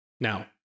Now